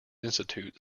institution